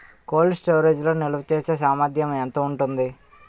Cold storage లో నిల్వచేసేసామర్థ్యం ఎంత ఉంటుంది?